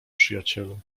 przyjacielu